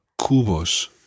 Cubos